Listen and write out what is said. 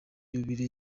yubile